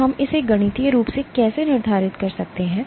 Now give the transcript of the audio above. तो हम इसे गणितीय रूप से कैसे निर्धारित करते हैं